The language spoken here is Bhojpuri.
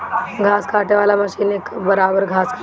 घास काटे वाला मशीन एक बरोब्बर घास काटेला